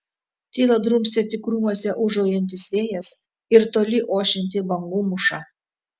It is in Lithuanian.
tylą drumstė tik krūmuose ūžaujantis vėjas ir toli ošianti bangų mūša